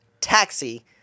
Taxi